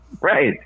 Right